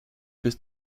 bis